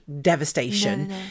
devastation